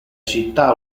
città